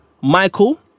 Michael